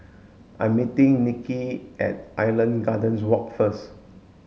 I'm meeting Nikki at Island Gardens Walk first